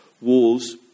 walls